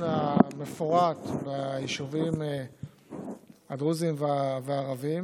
המפורט ביישובים הדרוזיים והערביים.